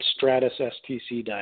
stratusstc.com